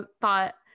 thought